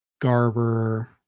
Garber